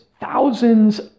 thousands